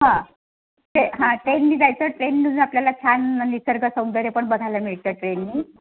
हां ट्रेन हां ट्रेनने जायचं ट्रेनमधून आपल्याला छान निसर्गसौंदर्य पण बघायला मिळतं ट्रेनने